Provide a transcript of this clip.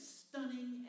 stunning